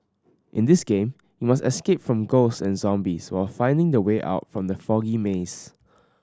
in this game you must escape from ghosts and zombies while finding the way out from the foggy maze